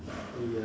ya